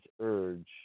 urge